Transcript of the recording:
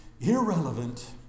irrelevant